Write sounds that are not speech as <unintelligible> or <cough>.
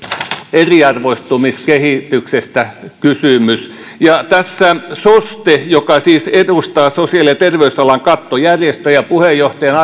eriarvoistumiskehityksestä ja tässä soste joka siis edustaa sosiaali ja terveysalan kattojärjestöjä puheenjohtajana <unintelligible>